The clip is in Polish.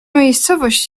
miejscowość